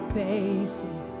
facing